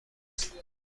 است